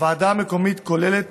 הוועדה המקומית כוללת